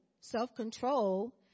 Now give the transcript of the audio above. self-control